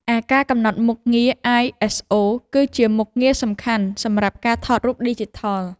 ឯការកំណត់មុខងារ អាយ អេស អូ គឺជាមុខងារសំខាន់សម្រាប់ការថតរូបឌីជីថល។